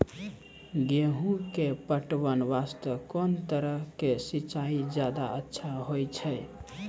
गेहूँ के पटवन वास्ते कोंन तरह के सिंचाई ज्यादा अच्छा होय छै?